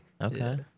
Okay